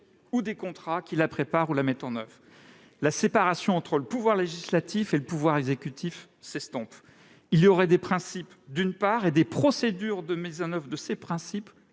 ou des contrats qui la préparent ou la mettent en oeuvre. La séparation entre le pouvoir législatif et le pouvoir exécutif s'estompe. Il y aurait des principes, d'une part, et des procédures de mise en oeuvre de ces principes,